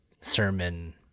sermon